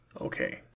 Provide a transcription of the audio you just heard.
Okay